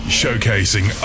showcasing